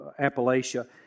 Appalachia